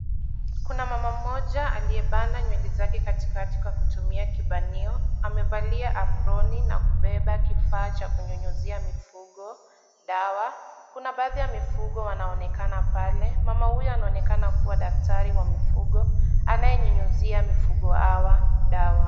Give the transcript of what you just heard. Kuna mama mmoja aliyebana nywele zake katikati kwa kutumia kibanio. Amevalia aproni na kubeba kifaa cha kunyunyuzia mifugo dawa. Kuna baadhi ya mifugo wanaonekana pale. Mama huyo anaonekana kuwa daktari wa mifugo anayenyunyuzia mifugo hawa dawa.